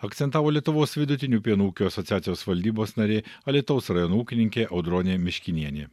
akcentavo lietuvos vidutinių pieno ūkių asociacijos valdybos narė alytaus rajono ūkininkė audronė miškinienė